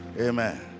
Amen